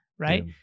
right